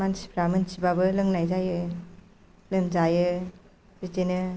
मानसिफ्रा मोनथिब्लाबो लोंनाय जायो लोमजायो बिदिनो